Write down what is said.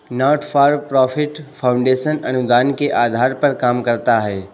not for profit foundation अनुदान के आधार पर काम करता है